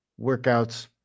workouts